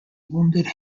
wounded